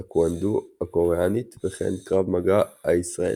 טאקוונדו הקוריאנית וכן קרב מגע הישראלית.